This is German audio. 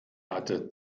hatte